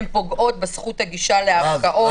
הן פוגעות בזכות הגישה לערכאות- -- רז,